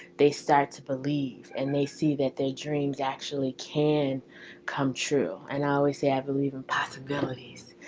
they start to believe. and they see that their dreams actually can come true. and i always say i believe in possibilities.